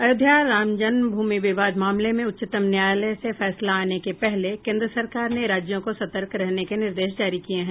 अयोध्या रामजन्म भूमि विवाद मामले में उच्चतम न्यायालय से फैसला आने के पहले केन्द्र सरकार ने राज्यों को सतर्क रहने के निर्देश जारी किये हैं